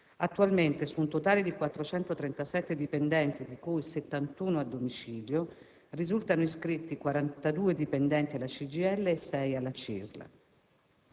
Attualmente, su un totale di 437 dipendenti (di cui 71 a domicilio), risultano iscritti 42 dipendenti alla CGIL e sei alla CISL.